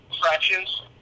fractions